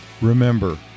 Remember